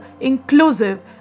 inclusive